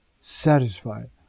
satisfied